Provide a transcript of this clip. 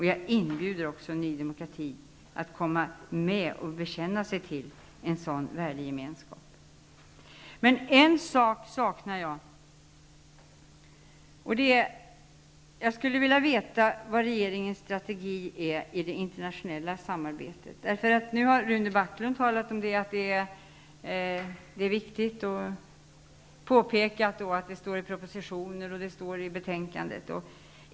Jag inbjuder Ny demokrati att komma med och bekänna sig till en sådan värdegemenskap. Men en sak saknar jag. Jag skulle vilja veta vilken regeringens strategi är i det internationella samarbetet. Nu har Rune Backlund talat om att det är viktigt och att det står i propositionen och i betänkandet.